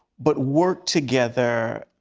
but work together,